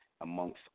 amongst